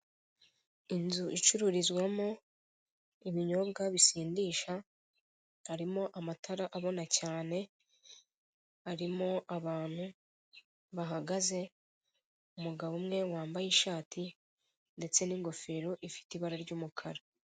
Inzu icururizwamo ibinyobwa bisindisha harimo amatara abona cyane harimo abantu bahagaze umugabo umwe wambaye ishati ndetse n'ingofero ifite ibara ry'umukara.